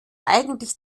eigentlich